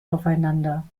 aufeinander